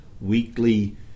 weekly